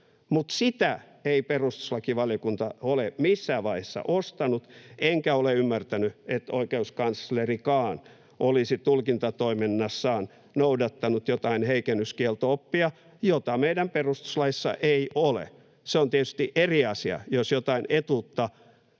Mutta sitä ei perustuslakivaliokunta ole missään vaiheessa ostanut, enkä ole ymmärtänyt, että oikeuskanslerikaan olisi tulkintatoiminnassaan noudattanut jotain heikennyskielto-oppia, jota meidän perustuslaissamme ei ole. Se on tietysti eri asia, jos jotain etuutta